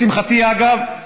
לשמחתי, אגב,